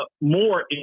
more